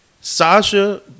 Sasha